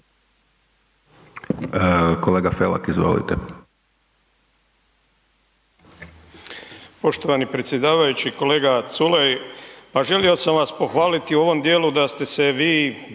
kolega Varga, izvolite.